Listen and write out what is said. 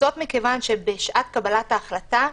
וזאת מכיוון שבשעת קבלת ההחלטה,